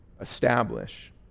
establish